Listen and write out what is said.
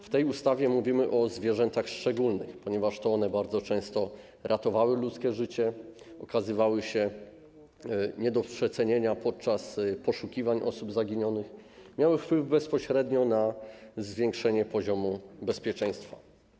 W tej ustawie mówimy o zwierzętach szczególnych, ponieważ to one bardzo często ratowały ludzkie życie, okazywały się nie do przecenienia podczas poszukiwań osób zaginionych, miały bezpośrednio wpływ na zwiększenie poziomu bezpieczeństwa.